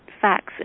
facts